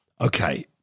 Okay